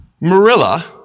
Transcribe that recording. Marilla